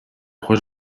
croix